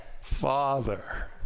Father